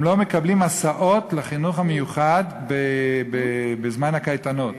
הם לא מקבלים הסעות לחינוך המיוחד בזמן הקייטנות.